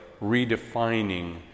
redefining